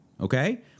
Okay